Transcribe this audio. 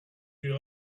you